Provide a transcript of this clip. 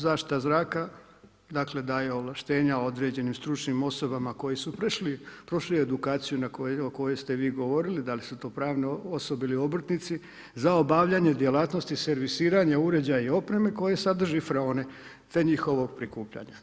Zaštita zraka dakle daje ovlaštenja određenim stručnim osobama koje su prošli edukaciju o kojoj ste vi govorili, da li su to pravne osobe ili obrtnici, za obavljanje djelatnosti servisiranja uređaja i opreme koji sadrže … te njihovo prikupljanje.